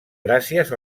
gràcies